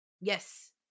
Yes